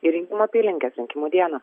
į rinkimų apylinkes rinkimų dieną